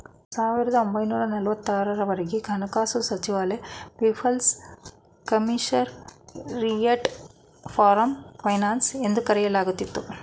ಸಾವಿರದ ಒಂಬೈನೂರ ನಲವತ್ತು ಆರು ವರೆಗೆ ಹಣಕಾಸು ಸಚಿವಾಲಯ ಪೀಪಲ್ಸ್ ಕಮಿಷರಿಯಟ್ ಫಾರ್ ಫೈನಾನ್ಸ್ ಎಂದು ಕರೆಯಲಾಗುತ್ತಿತ್ತು